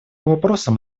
вопросам